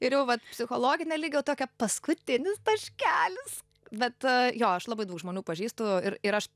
ir jau vat psichologinio lygio tokia paskutinis taškelis bet jo aš labai daug žmonių pažįstu ir ir aš